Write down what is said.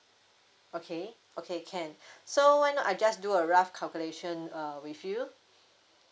okay okay can so why not I just do a rough calculation uh with you